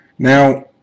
Now